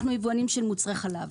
אנחנו יבואנים של מוצרי חלב.